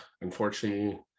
unfortunately